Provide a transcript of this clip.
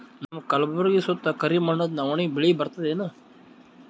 ನಮ್ಮ ಕಲ್ಬುರ್ಗಿ ಸುತ್ತ ಕರಿ ಮಣ್ಣದ ನವಣಿ ಬೇಳಿ ಬರ್ತದೇನು?